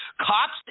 Cops